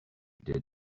did